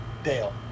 Dale